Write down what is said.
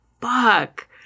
fuck